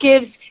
gives